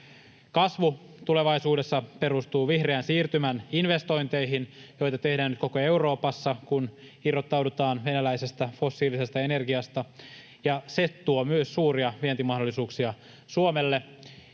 Kasvu tulevaisuudessa perustuu vihreän siirtymän investointeihin, joita tehdään nyt koko Euroopassa, kun irrottaudutaan venäläisestä fossiilisesta energiasta, ja se tuo myös suuria vientimahdollisuuksia Suomelle.